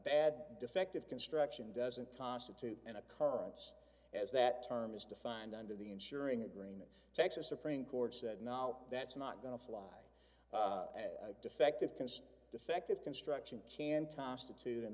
bad d defective construction doesn't constitute an occurrence as that term is defined under the ensuring agreement texas supreme court said now that's not going to fly defective concern defective construction can constitute an